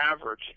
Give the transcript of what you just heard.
average